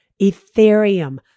Ethereum